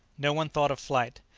no one thought of flight.